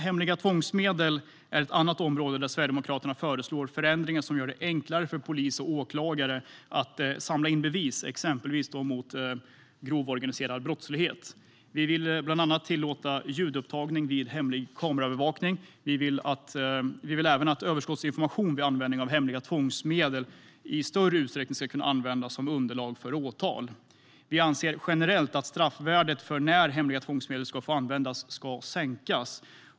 Hemliga tvångsmedel är ett annat område där Sverigedemokraterna föreslår förändringar som gör det enklare för polis och åklagare att samla in bevis, exempelvis mot grov organiserad brottslighet. Vi vill bland annat tillåta ljudupptagning vid hemlig kameraövervakning. Vi vill även att överskottsinformation vid användning av hemliga tvångsmedel ska kunna användas som underlag för åtal i större utsträckning. Vi anser generellt att straffvärdet för när hemliga tvångsmedel ska få användas ska sänkas.